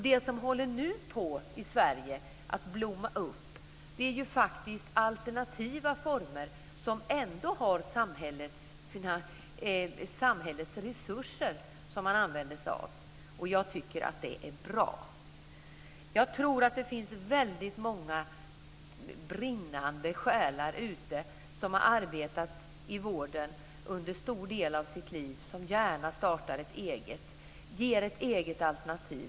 Det som nu håller på att blomma upp i Sverige är alternativa former som ändå använder sig av samhällets resurser. Jag tycker att det är bra. Jag tror att det finns väldigt många brinnande själar som har arbetat i vården under stor del av sitt liv och som gärna startar eget och erbjuder ett eget alternativ.